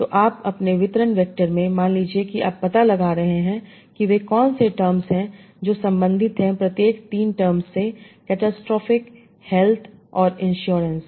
तो आप अपने वितरण वेक्टर में मान लीजिए कि आप पता लगा रहे हैं कि वे कौन से टर्म्स हैं जो संबंधित हैं प्रत्येक 3 टर्म्स से कैटास्ट्रोफिक हेल्थ और इंश्योरेंस